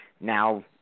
now